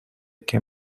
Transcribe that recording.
que